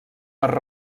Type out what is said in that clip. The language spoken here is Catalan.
per